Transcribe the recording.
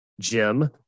Jim